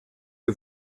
que